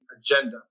agenda